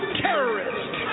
terrorist